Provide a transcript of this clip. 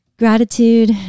gratitude